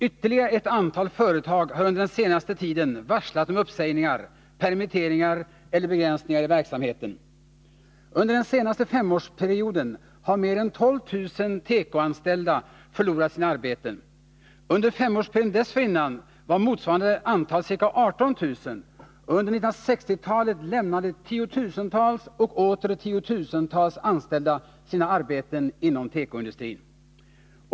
Ytterligare ett antal företag har under den senaste tiden varslat om uppsägningar, permitteringar eller begränsningar i verksamheten. Under den senaste femårsperioden har mer än 12 000 tekoanställda förlorat sina arbeten. Under femårsperioden dessförinnan var motsvarande antal ca 18 000 och under 1960-talet lämnade tiotusentals och åter tiotusentals anställda sina arbeten inom tekoindustrin.